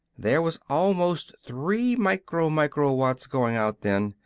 there was almost three micro-micro-watts goin' out then.